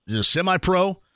Semi-Pro